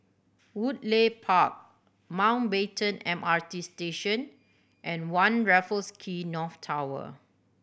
Woodleigh Park Mountbatten M R T Station and One Raffles Quay North Tower